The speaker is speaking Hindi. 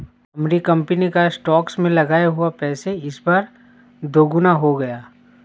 हमारी कंपनी का स्टॉक्स में लगाया हुआ पैसा इस बार दोगुना हो गया